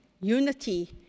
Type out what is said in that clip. unity